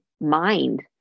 mind